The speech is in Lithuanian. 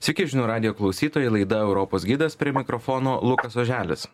sveiki žinių radijo klausytoja laida europos gidas prie mikrofono lukas oželis